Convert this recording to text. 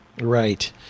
Right